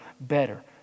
better